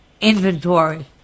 inventory